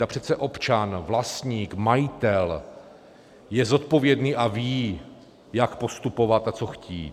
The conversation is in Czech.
A přece občan, vlastník, majitel je zodpovědný a ví, jak postupovat a co chtít.